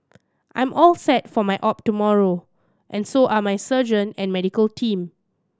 I'm all set for my op tomorrow and so are my surgeon and medical team